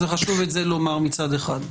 חשוב לומר את זה מצד אחד.